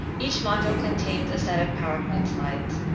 each module contains a set of power point slides,